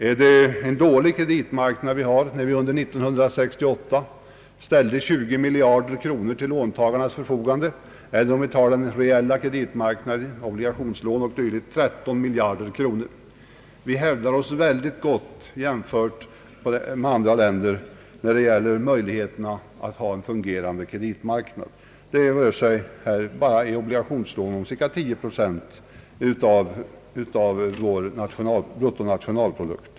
Är det en dålig kreditmarknad vi har när vi under 1968 ställde 20 miljarder kronor till låntagarnas förfogande, eller om vi tar den reella kreditmarknaden, obligationslån och dylikt, 13 miljarder kronor? Vi hävdar oss mycket väl jämfört med andra länder då det gäller att hålla en fungerande kreditmarknad. Det rör sig bara i obligationslån om cirka 10 procent av vår bruttonationalprodukt.